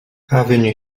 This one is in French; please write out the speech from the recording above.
avenue